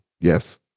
Yes